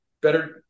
better